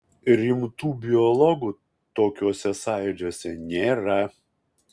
rimtų biologų tokiuose sąjūdžiuose nėra